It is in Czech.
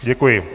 Děkuji.